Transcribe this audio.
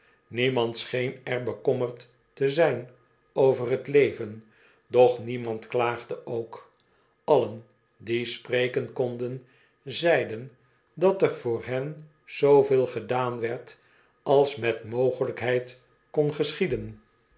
niemand scheen er bekommerd te zijn over t leven doch niemand klaagde ook allen die spreken konden zeiden dat er voor hen zooveel gedaan werd als met mogelijkheid kon geschieden